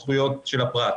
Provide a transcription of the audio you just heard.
זכויות של הפרט.